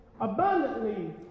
abundantly